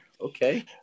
Okay